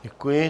Děkuji.